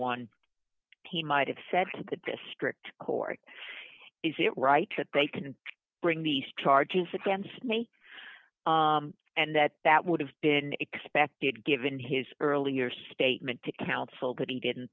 one he might have said the district court is it right that they can bring these charges against me and that that would have been expected given his earlier statement to counsel that he didn't